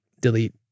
delete